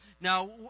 Now